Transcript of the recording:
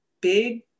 big